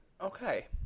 Okay